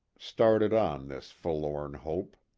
started on this forlorn hope.